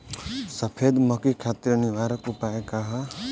सफेद मक्खी खातिर निवारक उपाय का ह?